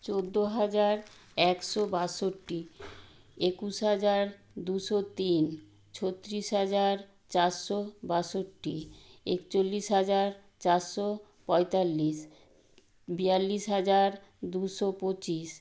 চোদ্দ হাজার একশো বাষট্টি একুশ হাজার দুশো তিন ছত্রিশ হাজার চারশো বাষট্টি একচল্লিশ হাজার চারশো পঁয়তাল্লিশ বিয়াল্লিশ হাজার দুশো পঁচিশ